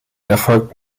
erfolgt